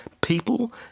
people